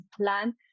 plan